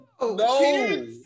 no